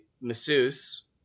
masseuse